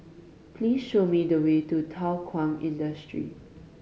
please show me the way to Thow Kwang Industry